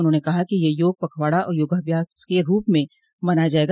उन्होंने कहा कि यह योग पखवाड़ा योगाभ्यास के रूप में मनाया जायेगा